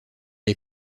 est